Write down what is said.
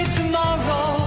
tomorrow